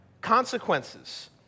consequences